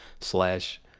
slash